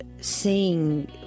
seeing